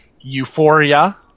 euphoria